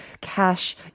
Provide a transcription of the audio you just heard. cash